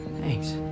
thanks